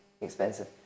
expensive